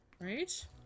Right